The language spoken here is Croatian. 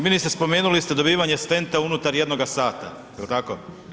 Ministre spomenuli ste dobivanje stenta unutar jednoga sata jel tako?